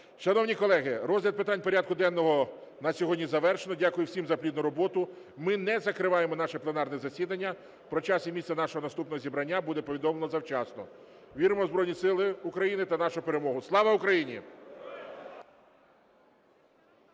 Шановні колеги, розгляд питань порядку денного на сьогодні завершено. Дякую всім за плідну роботу. Ми не закриваємо наше пленарне засідання. Про час і місце нашого наступного зібрання буде повідомлено завчасно. Віримо в Збройні Сили України та нашу перемогу. Слава Україні!